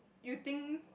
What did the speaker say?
you think